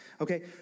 okay